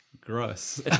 gross